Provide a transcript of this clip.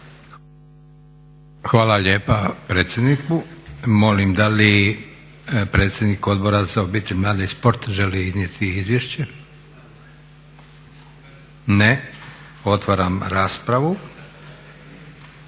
Hvala lijepa predsjedniku. Molim da li predsjednik Odbora za obitelj, mlade i sport želi iznijeti izvješće? Ne. Otvaram raspravu.